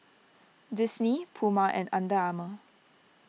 Disney Puma and Under Armour